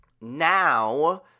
now